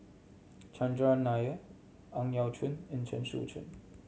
Chandran Nair Ang Yau Choon and Chen Sucheng